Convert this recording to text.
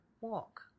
walk